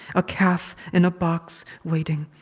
a calf in a box waiting.